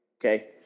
Okay